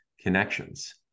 connections